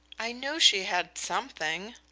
i knew she had something,